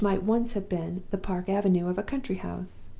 which might once have been the park avenue of a country house.